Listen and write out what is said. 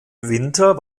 winter